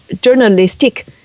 journalistic